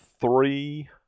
three